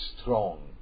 strong